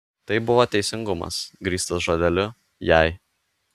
tai buvo teisingumas grįstas žodeliu jei